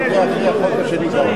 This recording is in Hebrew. אני אודה אחרי החוק השני.